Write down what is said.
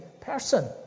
person